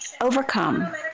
overcome